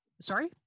Sorry